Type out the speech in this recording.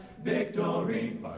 victory